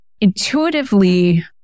Intuitively